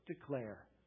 declare